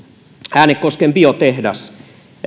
äänekosken biotehdas